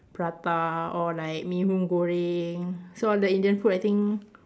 prata or like mee hoon goreng so all the Indian food I think